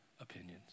opinions